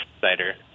cider